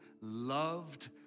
loved